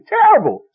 terrible